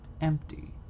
empty